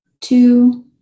two